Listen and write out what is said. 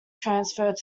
transferred